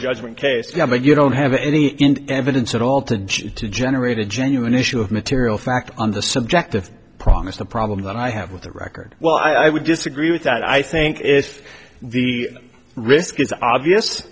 judgment case yeah but you don't have any evidence at all to generate a genuine issue of material fact on the subject of promise a problem that i have with the record well i would disagree with that i think if the risk is obvious